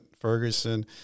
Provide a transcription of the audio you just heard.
Ferguson